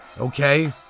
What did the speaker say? okay